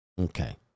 Okay